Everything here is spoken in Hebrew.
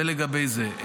זה לגבי זה.